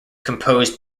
composed